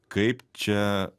kaip čia